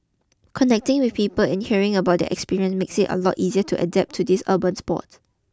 connecting with people and hearing about their experience makes it a lot easy to adapt to this urban sport